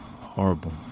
horrible